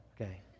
okay